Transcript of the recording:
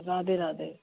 हाँ राधे राधे